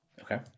Okay